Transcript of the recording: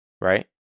right